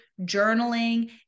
journaling